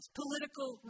political